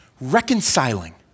reconciling